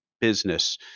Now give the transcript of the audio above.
business